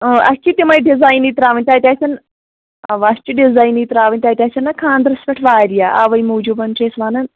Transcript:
اۭں اَسہِ چھِ تِمَے ڈِزاینٕے ترٛاوٕنۍ تَتہِ آسَن اَوا اَسہِ چھِ ڈِزاینٕے ترٛاوٕنۍ تَتہِ آسن نا خانٛدرَس پٮ۪ٹھ واریاہ اَوَے موٗجوٗبَن چھِ أسۍ وَنان